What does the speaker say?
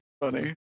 funny